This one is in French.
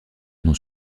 n’ont